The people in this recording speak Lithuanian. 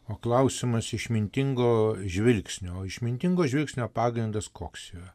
o klausimas išmintingo žvilgsnio išmintingo žvilgsnio pagrindas koks yra